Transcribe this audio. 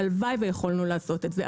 והלוואי ויכולנו לעשות את זה.